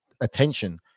attention